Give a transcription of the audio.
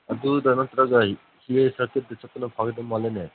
ꯑꯗꯨꯗ ꯅꯠꯇꯔꯒ ꯁꯤ ꯑꯦ ꯁꯔꯀ꯭ꯋꯤꯠꯇ ꯆꯠꯄꯅ ꯐꯒꯗꯕ ꯃꯥꯜꯂꯦꯅꯦ